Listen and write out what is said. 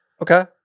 Okay